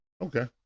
Okay